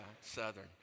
Southern